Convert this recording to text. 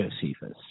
Josephus